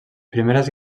primeres